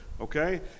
okay